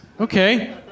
Okay